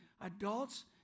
adults